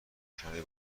کمی